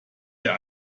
der